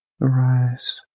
arise